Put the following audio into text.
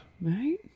right